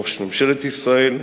ראש ממשלת ישראל,